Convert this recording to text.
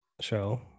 show